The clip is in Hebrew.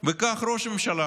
וכך ראש ממשלה